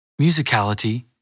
Musicality